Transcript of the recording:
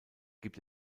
gibt